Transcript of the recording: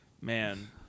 Man